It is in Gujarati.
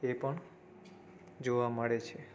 એ પણ જોવા મળે છે